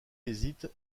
hésite